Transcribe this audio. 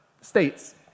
states